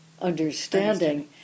understanding